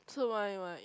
so what you want eat